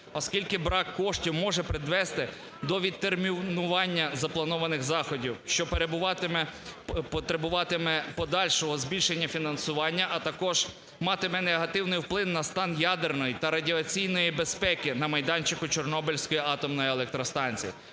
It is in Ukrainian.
оскільки брак коштів може призвести до відтермінування запланованих заходів, що потребуватиме подальшого збільшення фінансування, а також матиме негативний вплив на стан ядерної та радіаційної безпеки на майданчику Чорнобильської атомної електростанції.